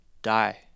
Die